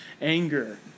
Anger